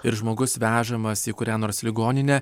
ir žmogus vežamas į kurią nors ligoninę